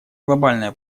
глобальное